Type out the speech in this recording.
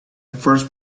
first